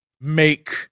make